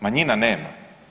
Manjina nema.